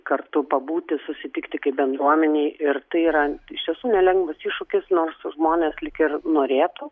kartu pabūti susitikti kaip bendruomenei ir tai yra iš tiesų nelengvas iššūkis nors žmonės lyg ir norėtų